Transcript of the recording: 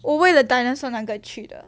我为了 dinosaur 那个去的